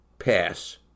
pass